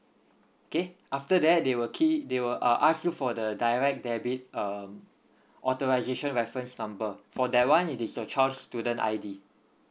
okay after that they will key they will uh ask you for the direct debit um authorisation reference number for that one it is your child's student I D